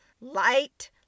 light